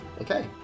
Okay